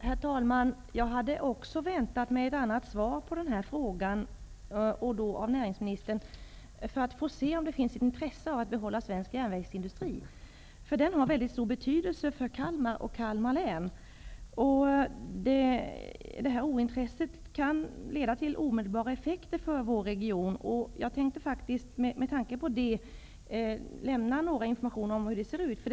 Herr talman! Också jag hade väntat mig ett annat svar på den här frågan och då av näringsministern för att höra om det finns något intresse för att behålla svensk järnvägsindustri. Den har väldigt stor betydelse för Kalmar och Kalmar län. Detta ointresse kan få omedelbara effekter för den regionen. Med tanke på detta tänkte jag informera om hur läget är.